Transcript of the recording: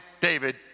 David